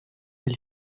del